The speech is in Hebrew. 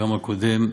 גם הקודם,